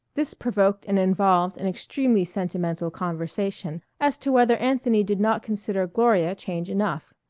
this provoked an involved and extremely sentimental conversation as to whether anthony did not consider gloria change enough.